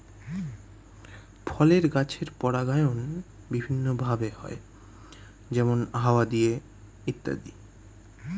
ফলের গাছের পরাগায়ন বিভিন্ন ভাবে হয়, যেমন হাওয়া দিয়ে ইত্যাদি